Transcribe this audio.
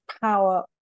power